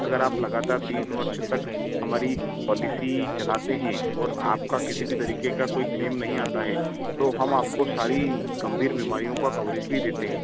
अगर आप लगातार तीन वर्ष तक हमारी पॉलिसी चलाते हैं और आपका किसी भी तरीके का कोई क्लेम नहीं आता है तो हम आपको सारी गंभीर बीमारियों का कवरेज भी देते हैं